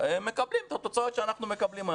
מקבלים את התוצאות שאנחנו מקבלים.